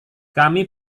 kami